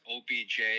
OBJ